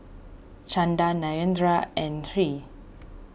Chanda Narendra and Hri